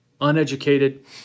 uneducated